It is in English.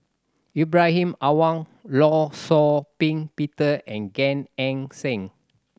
Ibrahim Awang Law Shau Ping Peter and Gan Eng Seng